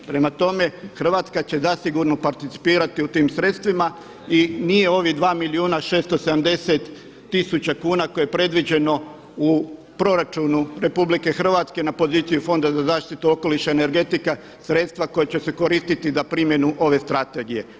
Prema tome, Hrvatska će zasigurno participirati u tim sredstvima i nije ovih 2 milijuna 670 tisuća kuna koje je predviđeno u proračunu RH na poziciji Fonda za zaštitu okoliša i energetike sredstva koja će se koristiti za primjenu ovo strategije.